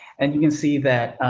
and you can see that.